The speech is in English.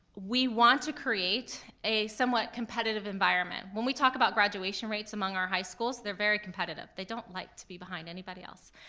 we want to create a somewhat competitive environment. when we talk about graduation rates among our high schools, they're very competitive, they don't like to be behind anybody else,